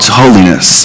holiness